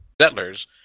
settlers